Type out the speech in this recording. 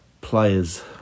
players